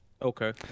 Okay